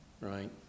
right